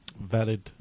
Valid